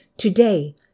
Today